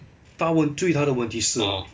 大问最大的问题是